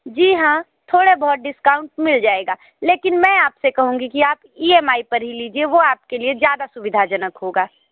जी हाँ थोड़े बहुत डिस्काउंट मिल जाएगा लेकिन मैं आपसे कहूंगी कि आप ई एम आई पर ही लीजिये वो आपके लिए ज़्यादा सुविधाजनक होगा